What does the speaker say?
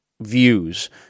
views